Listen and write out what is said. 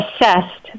assessed